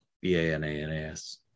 B-A-N-A-N-A-S